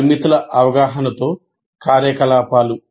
పరిమితుల అవగాహనతో కార్యకలాపాలు